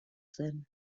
zen